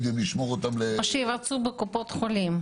או שיבצעו בקופות החולים.